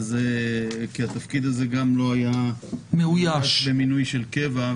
התפקיד הזה לא היה מאויש במינוי של קבע,